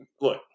look